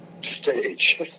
stage